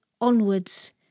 onwards